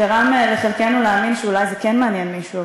לחלקנו להאמין שאולי זה כן מעניין מישהו,